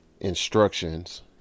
instructions